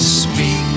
speak